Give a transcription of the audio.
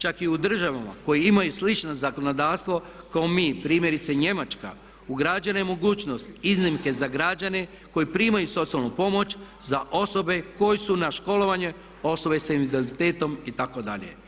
Čak i u državama koje imaju slično zakonodavstvo kao mi primjerice Njemačka ugrađene mogućnost iznimke za građane koji primaju socijalnu pomoć za osobe koje su na školovanju, osobe sa invaliditetom itd.